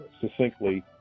succinctly